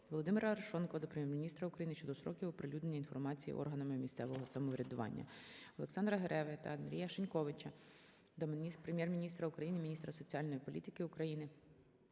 ВолодимираАрешонкова до Прем'єр-міністра України щодо строків оприлюднення інформації органами місцевого самоврядування. ОлександраГереги та Андрія Шиньковича до Прем'єр-міністра України, міністра соціальної політики України